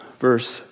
verse